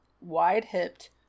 wide-hipped